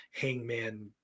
hangman –